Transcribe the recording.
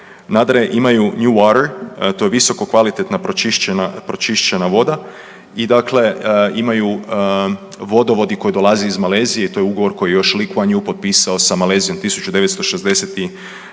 nadalje imaju new water to je visokokvalitetna pročišćena, pročišćena voda i dakle imaju vodovodi koji dolaze iz Malezije, to je ugovor koji je još Li Kvan Ju potpisao sa Malezijom 1962.